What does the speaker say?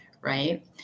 right